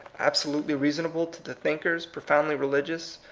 absolutely reasonable to the thinkers, profoundly religious,